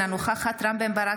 אינה נוכחת רם בן ברק,